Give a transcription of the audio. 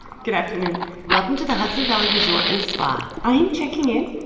good afternoon welcome to the hudson valley resort and spa i am checking in.